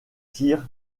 tire